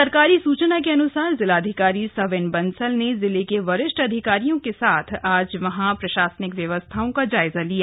सरकारी सूचना के अनुसार जिलाधिकारी सविन बंसल ने जिले के वरिष्ठ अधिकारियों के साथ आज वहां प्रशासनिक व्यवस्थाओं का जायजा लिया